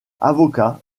avocat